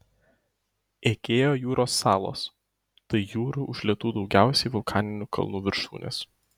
egėjo jūros salos tai jūrų užlietų daugiausiai vulkaninių kalnų viršūnės